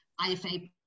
IFA